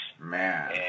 Man